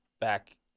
back